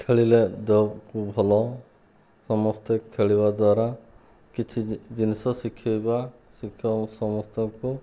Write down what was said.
ଖେଳିଲେ ଦେହ ଭଲ ସମସ୍ତେ ଖେଳିବା ଦ୍ୱାରା କିଛି ଜିନିଷ ଶିଖାଇବା ଶିକ୍ଷା ସମସ୍ତଙ୍କୁ